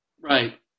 Right